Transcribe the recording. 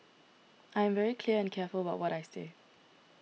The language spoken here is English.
I am very clear and careful about what I say